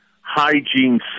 hygiene